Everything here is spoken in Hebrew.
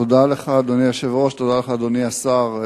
תודה לך, אדוני היושב-ראש, תודה לך, אדוני השר.